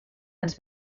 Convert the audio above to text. ens